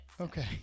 okay